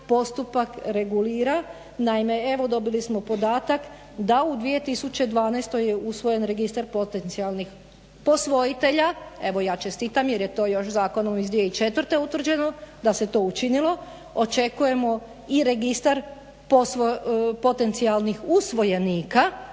postupak regulira. Naime, dobili smo podatak da u 2012.je usvojen registar potencijalnih posvojitelja. Evo ja čestitam jer je to još zakonom iz 2004.utvrđeno da se to učinilo, očekujemo i registar potencijalnih usvojenika,